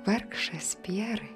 vargšas pjerai